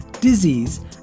disease